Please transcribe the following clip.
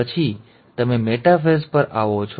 પછી તમે મેટાફેઝ પર આવો છો